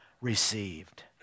received